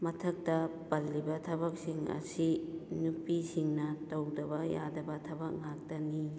ꯃꯊꯛꯇ ꯄꯜꯂꯤꯕ ꯊꯕꯛꯁꯤꯡ ꯑꯁꯤ ꯅꯨꯄꯤꯁꯤꯡꯅ ꯇꯧꯗꯕ ꯌꯥꯗꯕ ꯊꯕꯛ ꯉꯥꯛꯇꯅꯤ